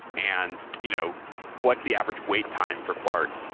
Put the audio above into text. and you know what's the average wait time for bart,